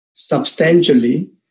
substantially